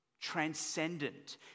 transcendent